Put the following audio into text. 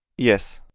yes.